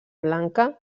blanca